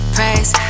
Praise